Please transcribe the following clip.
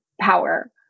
power